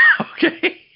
Okay